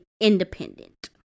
independent